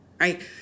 right